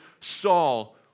Saul